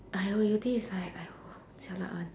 !aiyo! yew tee is like !aiyo! jialat one